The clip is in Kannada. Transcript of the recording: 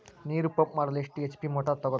ನೀರು ಪಂಪ್ ಮಾಡಲು ಎಷ್ಟು ಎಚ್.ಪಿ ಮೋಟಾರ್ ತಗೊಬೇಕ್ರಿ?